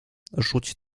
rzuć